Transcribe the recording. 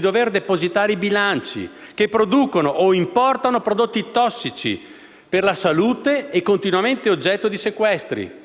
dover depositare i bilanci, che producono o importano prodotti tossici per la salute e continuamente oggetto di sequestri.